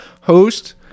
host